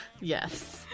Yes